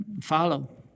follow